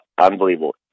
unbelievable